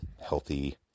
healthy